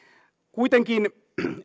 kuitenkin